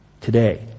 today